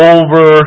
over